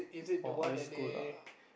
or ice cold lava